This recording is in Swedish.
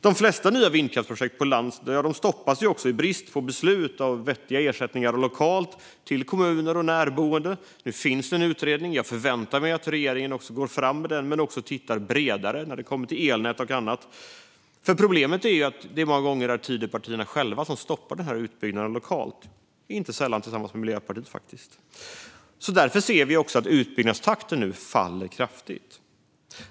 De flesta nya vindkraftsprojekt på land stoppas också i brist på beslut om vettiga ersättningar lokalt till kommuner och närboende. Nu finns en utredning, och jag förväntar mig att regeringen går fram med den men också tittar bredare på elnät och annat. Problemet är att det många gånger är Tidöpartierna som stoppar utbyggnaden lokalt, inte sällan tillsammans med Miljöpartiet. Därför ser vi att utbyggnadstakten faller kraftigt.